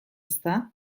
ezta